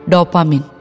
Dopamin